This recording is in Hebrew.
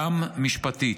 גם משפטית,